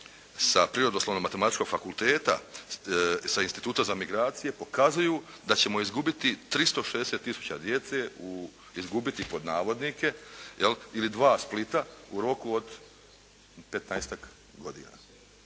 sa Prirodoslovno matematičkog fakulteta, sa Instituta za migracije pokazuju da ćemo "izgubiti" 360 tisuća djece ili dva Splita u roku od petnaestak